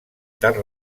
tard